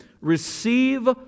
Receive